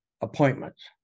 appointments